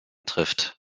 trifft